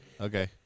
Okay